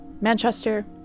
Manchester